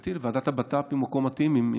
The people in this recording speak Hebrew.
מבחינתי לוועדת הבט"פ, זה מקום מתאים.